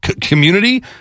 community